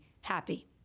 happy